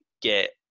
get